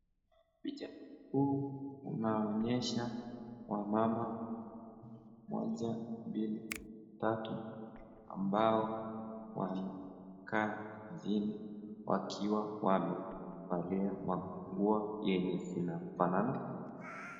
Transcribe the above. Picha huu unaonyesha wamama moja, mbili, tatu ambao wanakaa chini wakiwa wamevalia manguo yenye zinafanana ...